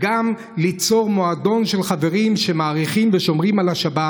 וגם ליצור מועדון של חברים שמעריכים ושומרים על השבת